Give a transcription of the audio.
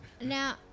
Now